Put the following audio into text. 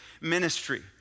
ministry